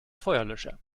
feuerlöscher